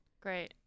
Great